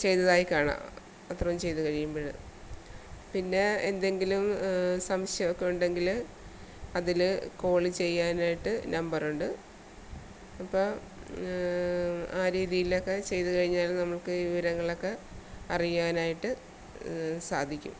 ചെയ്തതായി കാണാം അത്രയും ചെയ്ത് കഴിയുമ്പോൾ പിന്നെ എന്തെങ്കിലും സംശയവൊക്കെ ഉണ്ടെങ്കിൽ അതിൽ കോൾ ചെയ്യാനായിട്ട് നമ്പറുണ്ട് അപ്പം ആ രീതീലക്കെ ചെയ്ത കഴിഞ്ഞാൽ നമ്മൾക്ക് ഈ വിവരങ്ങളക്കെ അറിയാനായിട്ട് സാധിക്കും